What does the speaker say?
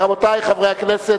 רבותי חברי הכנסת,